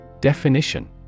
Definition